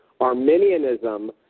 Arminianism